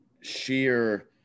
sheer